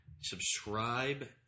Subscribe